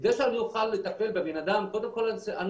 כדי שאני אוכל לטפל בבן אדם קודם כל אני